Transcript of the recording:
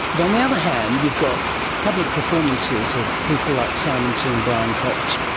but on the other hand you've got public performances of people like simon singh, brian cox,